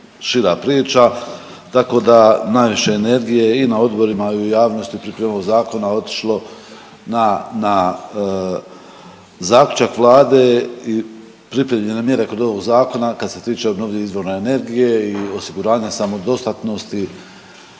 šira priča, tako da najviše energije i na odborima i u javnosti u pripremu ovog zakona otišlo na, na zaključak Vlade i pripremljene mjere kod ovog zakona kad se tiče obnovljivih izvora energije i osiguranja samodostatnosti